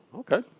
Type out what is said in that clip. okay